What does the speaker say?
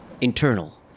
Internal